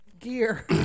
gear